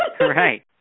Right